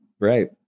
right